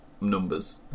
numbers